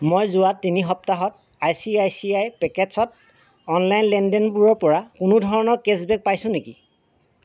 মই যোৱা তিনি সপ্তাহত I C I C I পকেটছ্ত অনলাইন লেনদেনবোৰৰপৰা কোনো ধৰণৰ কেছবেক পাইছোঁ নেকি